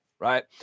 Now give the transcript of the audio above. right